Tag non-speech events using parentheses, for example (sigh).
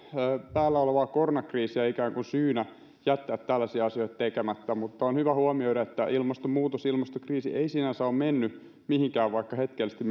päällä olevaa koronakriisiä ikään kuin syynä jättää tällaisia asioita tekemättä mutta on hyvä huomioida että ilmastonmuutos ilmastokriisi ei sinänsä ole mennyt mihinkään vaikka hetkellisesti (unintelligible)